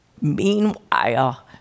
Meanwhile